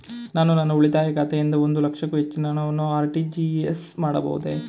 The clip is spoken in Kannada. ನಾನು ನನ್ನ ಉಳಿತಾಯ ಖಾತೆಯಿಂದ ಒಂದು ಲಕ್ಷಕ್ಕೂ ಹೆಚ್ಚಿನ ಹಣವನ್ನು ಆರ್.ಟಿ.ಜಿ.ಎಸ್ ಮಾಡಬಹುದೇ?